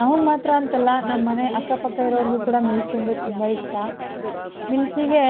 ನಮ್ಗೆ ಮಾತ್ರ ಅಂತಲ್ಲ ನಮ್ಮ ಮನೆ ಅಕ್ಕಪಕ್ಕ ಇರೋರಿಗೂ ಕೂಡ ಮಿಲ್ಕಿ ಅಂದರೆ ತುಂಬ ಇಷ್ಟ ಮಿಲ್ಕಿಗೆ